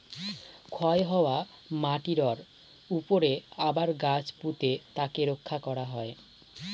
ক্ষয় হওয়া মাটিরর উপরে আবার গাছ পুঁতে তাকে রক্ষা করা হয়